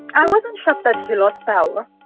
i wasn't shocked that he lost power.